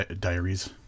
diaries